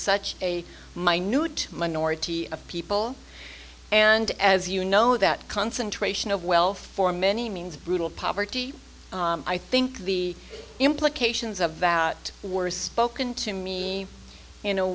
such a minute minority of people and as you know that concentration of wealth for many means brutal poverty i think the implications of that were spoken to me in a